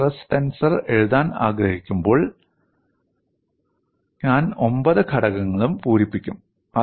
ഞാൻ stress tensor എഴുതാൻ ആഗ്രഹിക്കുമ്പോൾ ഞാൻ ഒമ്പത് ഘടകങ്ങളും പൂരിപ്പിക്കും